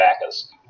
backers